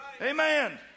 Amen